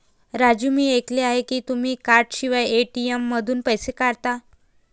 राजू मी ऐकले आहे की तुम्ही कार्डशिवाय ए.टी.एम मधून पैसे काढता